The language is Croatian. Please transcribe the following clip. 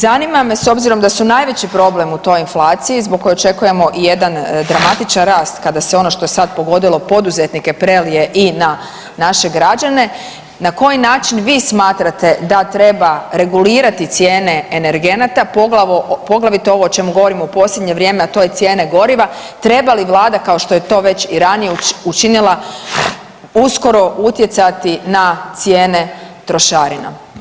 Zanima me s obzirom da su najveći problem u toj inflaciji zbog koje očekujemo i jedan dramatičan rast kada se ono što je sad pogodilo poduzetnike prelije i na naše građane, na koji način vi smatrate da treba regulirati cijene energenata poglavito ovo o čemu govorimo posljednje vrijeme, a to je cijene goriva, treba li vlada kao što je to već i ranije učinila uskoro utjecati na cijene trošarina?